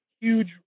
huge